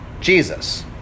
Jesus